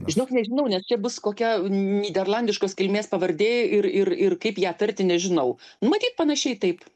žinok nežinau nes čia bus kokia nyderlandiškos kilmės pavardė ir ir ir kaip ją tarti nežinau matyt panašiai taip